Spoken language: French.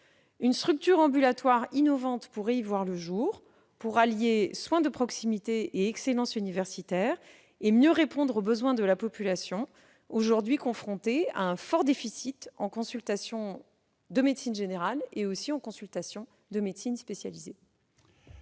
Une structure ambulatoire innovante pourrait y voir le jour pour allier soins de proximité et excellence universitaire et mieux répondre aux besoins de la population, aujourd'hui confrontée à un fort déficit en consultations de médecine générale et de médecine spécialisée.